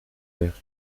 vers